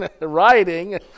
Writing